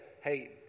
hey